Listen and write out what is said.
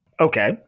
Okay